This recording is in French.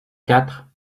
quatre